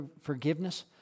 forgiveness